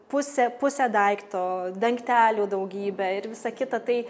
pusę pusę daikto dangtelių daugybę ir visa kita tai